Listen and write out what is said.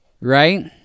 Right